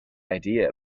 idea